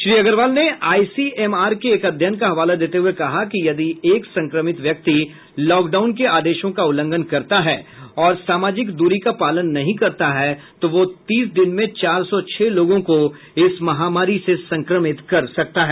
श्री अग्रवाल ने आईसीएमआर के एक अध्ययन का हवाला देते हुये कहा कि यदि एक संक्रमित व्यक्ति लॉकडाउन के आदेशों का उल्लंघन करता है और सामाजिक दूरी का पालन नहीं करता है तो वह तीस दिन में चार सौ छह लोगों को इस महामारी से संक्रमित कर सकता है